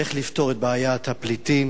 איך לפתור את בעיית הפליטים